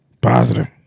Positive